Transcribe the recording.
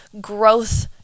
growth